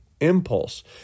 impulse